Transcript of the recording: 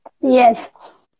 yes